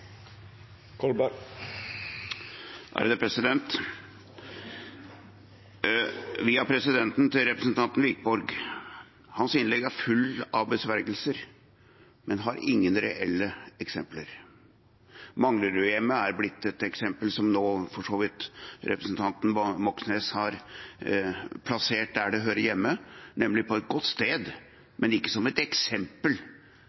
Via presidenten til representanten Wiborg: Hans innlegg er fullt av besvergelser, men har ingen reelle eksempler. Manglerudhjemmet er blitt et eksempel som representanten Moxnes nå for så vidt har plassert der det hører hjemme, nemlig på et godt